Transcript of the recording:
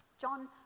John